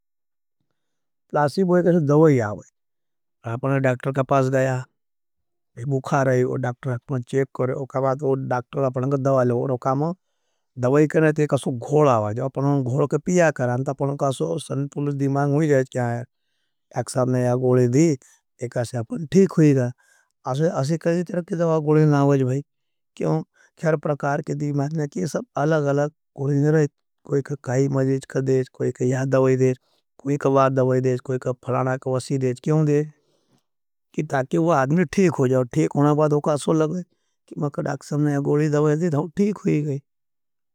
प्लासीबोई कैसे दवाई आवई, आपने डाक्टर कापास गया, भी बुखा रही वो डाक्टर अपने चेक करे। वो कहा बात वो डाक्टर अपने का दवाई लो और वो काम दवाई के लिए ते कासो घोड़ा आवाई। जब अपने घोड़ा के पीया करान ता अपने का थिक हुआ ही गम? असि धवा केसे कई दवाई ही। मस्ट भी ना हूई क्यों हर प्रकार के भवाँनेन के सब अलाग अलाग कोई प्रकार नहीं रही, कोरे खारा हमों से थु। कोई कहा दवाई देज, कोई कब आद दवाई देज, कोई कब फ़राणा, कोई कब असी देज क्यों दे? कि ताके वो आदमें ठेक हो जाओ, ठेक होना बाद उकासो लग दे, कि मकर आकसमने गोरी दवाई देज, थों ठीक होई गई।